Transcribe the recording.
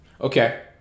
okay